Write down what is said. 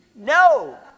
No